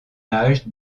âge